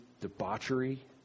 debauchery